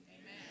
Amen